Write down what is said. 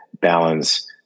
balance